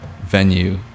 venue